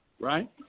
Right